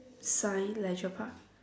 sign Leisure Park